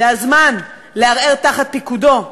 זה הזמן לערער את פיקודו,